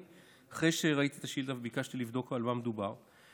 אחרי שראיתי את השאילתה ביקשתי לבדוק על מה מדובר.